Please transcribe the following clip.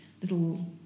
little